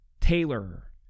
Taylor